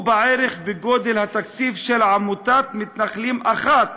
הוא בערך בגודל התקציב של עמותת מתנחלים אחת